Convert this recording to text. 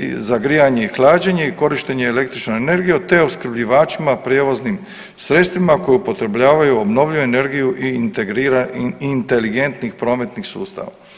za grijanje i hlađenje i korištenje električne energije, te opskrbljivačima prijevoznim sredstvima koji upotrebljavaju obnovljivu energiju i inteligentnih prometnih sustava.